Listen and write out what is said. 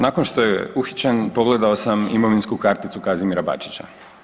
Nakon što je uhićen pogledao sam imovinsku karticu Kazimira Bačića.